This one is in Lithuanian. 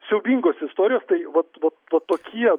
siaubingos istorijos tai vat va tokie